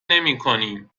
نمیکنیم